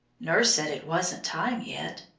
nurse said it wasn't time yet.